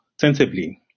sensibly